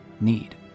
need